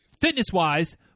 fitness-wise